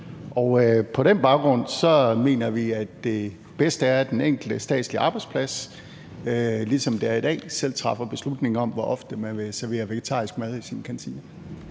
på den baggrund mener vi, at det bedste er, at den enkelte statslige arbejdsplads, ligesom det er i dag, selv træffer beslutning om, hvor ofte man vil servere vegetarisk mad i sine kantiner.